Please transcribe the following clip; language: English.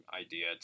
idea